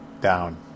down